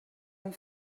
amb